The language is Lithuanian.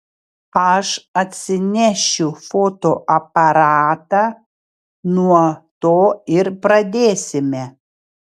aš atsinešiu fotoaparatą nuo to ir pradėsime